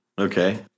Okay